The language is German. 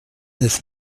des